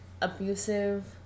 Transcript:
abusive